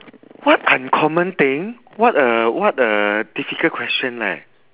what uncommon thing what a what a difficult question leh